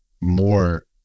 more